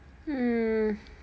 mm